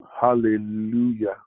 Hallelujah